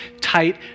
tight